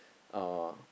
uh